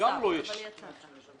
מבקשת גם להודות לקופות החולים שעשו